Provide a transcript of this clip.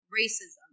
racism